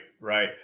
right